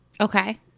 Okay